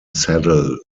saddle